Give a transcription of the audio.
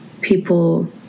people